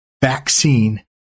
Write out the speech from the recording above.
vaccine